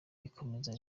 rikomeza